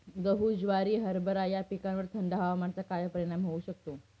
गहू, ज्वारी, हरभरा या पिकांवर थंड हवामानाचा काय परिणाम होऊ शकतो?